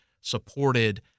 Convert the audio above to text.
supported